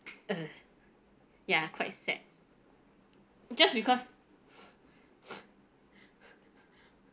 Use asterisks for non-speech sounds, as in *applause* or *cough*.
!ugh! ya quite sad just because *breath* *breath* *breath*